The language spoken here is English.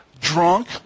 drunk